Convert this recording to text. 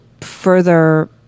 further